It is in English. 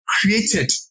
created